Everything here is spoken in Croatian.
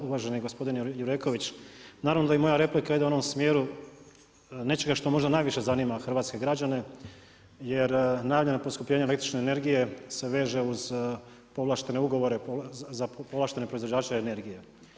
Uvaženi gospodin Jureković, naravno da je moja replika ide u onom smjeru, nečega što možda najviše zanima hrvatske građene, jer najavljena poskupljenja električne energije se veže uz povlaštene ugovore, za povlaštene proizvođače energije.